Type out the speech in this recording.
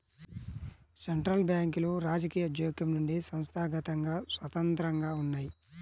central బ్యాంకులు రాజకీయ జోక్యం నుండి సంస్థాగతంగా స్వతంత్రంగా ఉన్నయ్యి